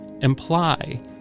imply